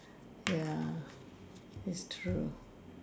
ya it's true